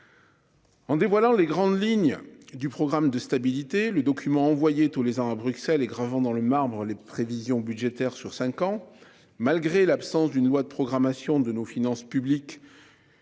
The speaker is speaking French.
En dévoilant les grandes lignes du programme de stabilité, le document envoyé tous les ans à Bruxelles et gravant dans le marbre les prévisions budgétaires sur 5 ans. Malgré l'absence d'une loi de programmation de nos finances publiques.